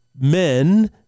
men